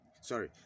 sorry